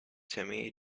timmy